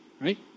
right